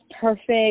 perfect